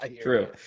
true